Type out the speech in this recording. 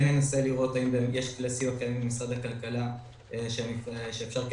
כן ננסה לראות האם במשרד הכלכלה יש דברים שאפשר כן